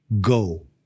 go